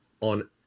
on